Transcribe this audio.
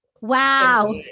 Wow